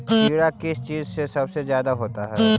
कीड़ा किस चीज से सबसे ज्यादा होता है?